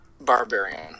Barbarian